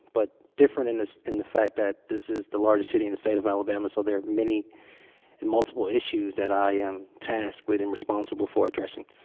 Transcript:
but different in this in the fact that this is the largest city in the state of alabama. so there are many and multiple issues that i am tasked with and responsible for addressing.